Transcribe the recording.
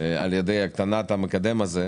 על ידי הקטנת המקדם הזה.